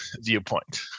viewpoint